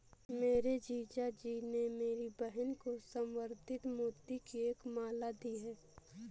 मेरे जीजा जी ने मेरी बहन को संवर्धित मोती की एक माला दी है